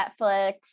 Netflix